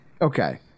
okay